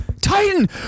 Titan